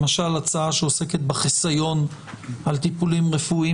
למשל הצעה שעוסקת בחיסיון על טיפולים רפואיים